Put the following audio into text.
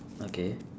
okay